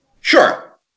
Sure